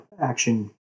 action